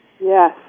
Yes